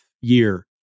year